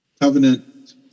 Covenant